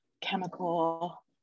chemical